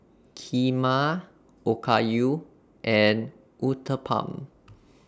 Kheema Okayu and Uthapam